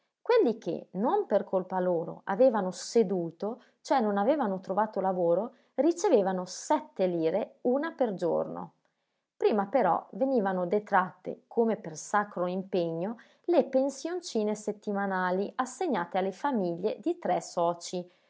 quelli che non per colpa loro avevano seduto cioè non avevano trovato lavoro ricevevano sette lire una per giorno prima però venivano detratte come per sacro impegno le pensioncine settimanali assegnate alle famiglie di tre socii